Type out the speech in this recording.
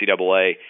NCAA